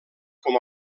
com